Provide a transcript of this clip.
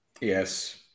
Yes